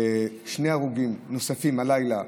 שני הרוגים נוספים הלילה,